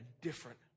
different